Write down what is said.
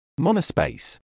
Monospace